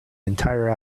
entire